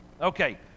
Okay